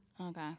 Okay